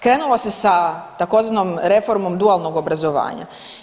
Krenulo se sa tzv. reformom dualnog obrazovanja.